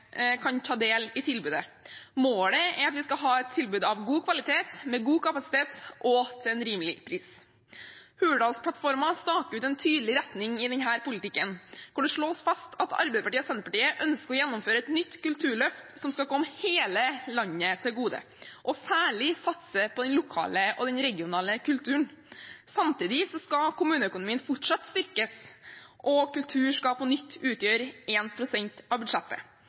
kan ta del i tilbudet. Målet er at vi skal ha et tilbud av god kvalitet, med god kapasitet og til en rimelig pris. Hurdalsplattformen staker ut en tydelig retning i denne politikken, hvor det slås fast at Arbeiderpartiet og Senterpartiet ønsker å gjennomføre et nytt kulturløft som skal komme hele landet til gode, og særlig satse på den lokale og regionale kulturen. Samtidig skal kommuneøkonomien fortsatt styrkes, og kultur skal på nytt utgjøre 1 pst. av budsjettet.